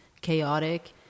chaotic